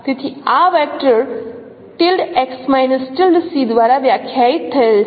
તેથી આ વેક્ટર દ્વારા વ્યાખ્યાયિત થયેલ છે